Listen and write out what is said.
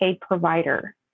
provider